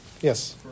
Yes